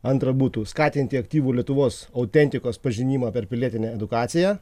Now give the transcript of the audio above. antra būtų skatinti aktyvų lietuvos autentikos pažinimą per pilietinę edukaciją